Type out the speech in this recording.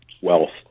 wealth